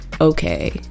okay